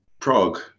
Prague